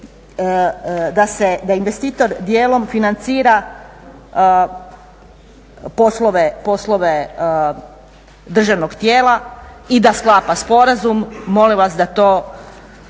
da investitor dijelom financira poslove državnog tijela i da sklapa sporazum. Molim vas da to